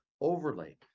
overlay